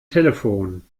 telefon